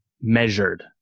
measured